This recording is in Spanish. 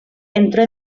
entró